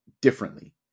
differently